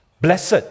Blessed